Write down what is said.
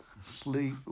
Sleep